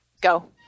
Go